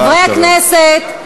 חברי הכנסת,